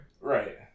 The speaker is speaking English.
Right